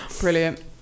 Brilliant